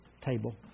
table